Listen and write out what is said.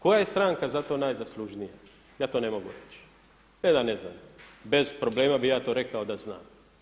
Koja je stranka za to najzaslužnija, ja to ne mogu reći, ne da ne znam bez problema bi ja to rekao da znam.